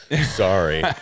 sorry